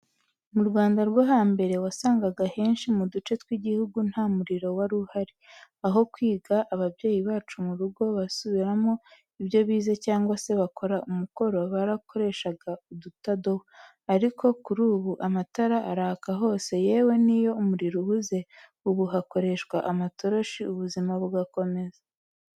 Mu Rwanda rwo hambere, wasangaga henshi mu duce tw’igihugu nta muriro wari uhari. Aho kwiga ababyeyi bacu mu rugo basubiramo ibyo bize cyangwa se bakora umukoro, barakoreshaga udutadowa. Ariko kuri ubu, amatara araka hose, yewe n’iyo umuriro ubuze, ubu hakoreshwa amatoroshi, ubuzima bugakomeza.